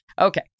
Okay